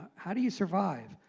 how do you survive?